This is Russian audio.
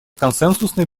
консенсусный